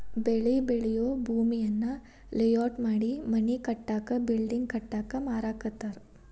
ಬೆಳಿ ಬೆಳಿಯೂ ಭೂಮಿಯನ್ನ ಲೇಔಟ್ ಮಾಡಿ ಮನಿ ಕಟ್ಟಾಕ ಬಿಲ್ಡಿಂಗ್ ಕಟ್ಟಾಕ ಮಾರಾಕತ್ತಾರ